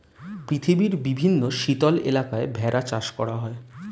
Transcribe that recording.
পৃথিবীর বিভিন্ন শীতল এলাকায় ভেড়া চাষ করা হয়